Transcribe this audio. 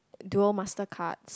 dual master card